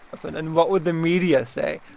but and what would the media say?